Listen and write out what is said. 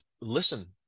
listen